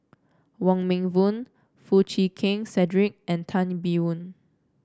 Wong Meng Voon Foo Chee Keng Cedric and Tan Biyun